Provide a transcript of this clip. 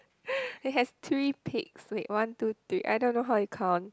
it has three peaks wait one two three I don't know how you count